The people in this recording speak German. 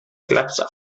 glatze